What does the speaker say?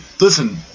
listen